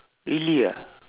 really ah